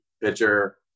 pitcher